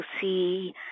see